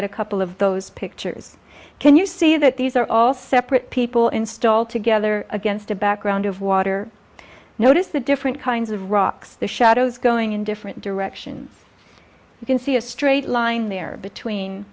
at a couple of those pictures can you see that these are all separate people install together against a background of water notice the different kinds of rocks the shadows going in different directions you can see a straight line there between